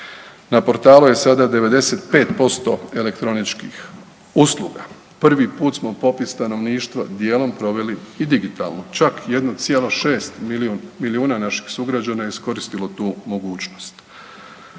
na portalu je sada 95% elektroničkih usluga. Prvi put smo popis stanovništva dijelom proveli i digitalno, čak 1,6 milijuna naših sugrađana je iskoristilo tu mogućnost.